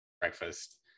breakfast